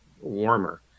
warmer